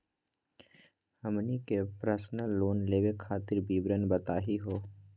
हमनी के personal loan लेवे खातीर विवरण बताही हो?